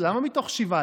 למה מתוך 7?